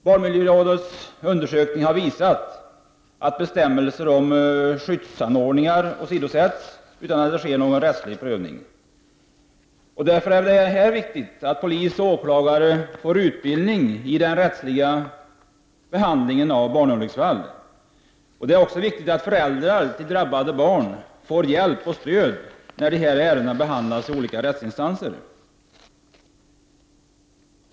Barnmiljörådets undersökning har visat att bestämmelser om skyddsanordningar åsidosätts utan att det sker någon rättslig prövning. Det är därför viktigt att polis och åklagare får utbildning i den rättsliga behandlingen av barnolycksfall. Det är också viktigt att föräldrar till drabbade barn får hjälp och stöd i samband med att dessa ärenden behandlas i olika rättsinstanser.